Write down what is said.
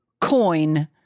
coin